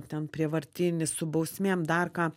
ten prievartinis su bausmėm dar ką